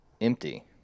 empty